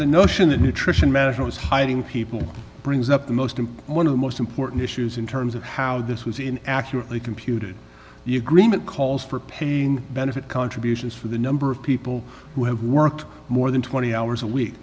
the notion that nutrition rational is hiding people brings up the most important one of the most important issues in terms of how this was in accurately computed the agreement calls for paying benefit contributions for the number of people who have worked more than twenty hours a week